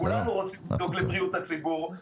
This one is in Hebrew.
וכולנו פה רוצים לדאוג לבריאות הציבור,